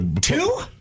Two